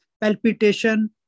palpitation